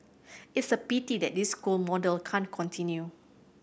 it's a pity that this school model can't continue